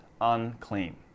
unclean